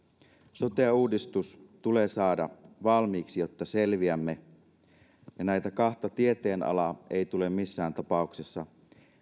sote uudistus tulee saada valmiiksi jotta selviämme ja näitä kahta tieteenalaa ei tule missään tapauksessa